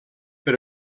per